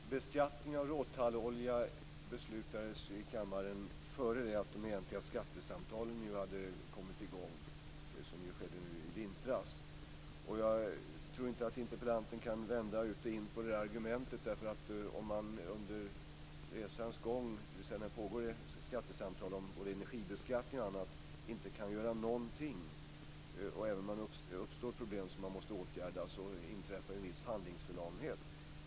Fru talman! Beskattningen av råtallolja beslutades i kammaren innan de egentliga skattesamtalen hade kommit i gång, som skedde nu i vintras. Jag tror inte att interpellanten kan vända ut och in på det argumentet. Om man under resans gång, dvs. när det pågår skattesamtal om både energibeskattning och annat, inte kan göra någonting även om det uppstår problem som man måste åtgärda inträffar det ju en viss handlingsförlamning.